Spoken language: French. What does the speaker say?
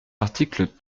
article